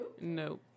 no